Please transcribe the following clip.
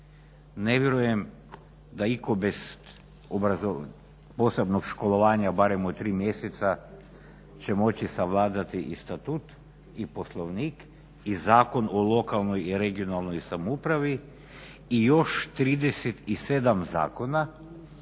ne vjerujem da itko bez posebnog školovanja barem od 3 mjeseca će moći savladati i statut i Poslovnik i Zakon o lokalnoj i regionalnoj samoupravi i još 37 zakona